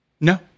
No